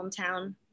hometown